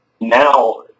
now